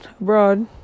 abroad